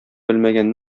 белмәгән